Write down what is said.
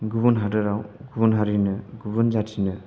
गुबुन हादोराव गुबुन हारिनो गुबुन जाथिनो